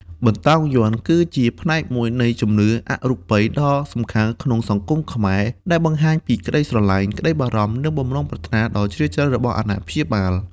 បន្តោងយ័ន្ត គឺជាផ្នែកមួយនៃជំនឿអរូបីដ៏សំខាន់ក្នុងសង្គមខ្មែរ ដែលបង្ហាញពីក្ដីស្រឡាញ់ ក្ដីបារម្ភ និងបំណងប្រាថ្នាដ៏ជ្រាលជ្រៅរបស់អាណាព្យាបាល។